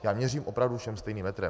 Já měřím opravdu všem stejným metrem.